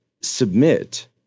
submit